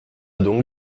donc